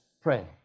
pray